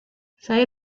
saya